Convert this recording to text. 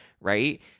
Right